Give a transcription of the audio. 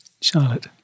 Charlotte